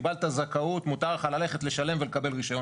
קיבלת זכאות, מותר לך ללכת לשלם ולקבל רישיון.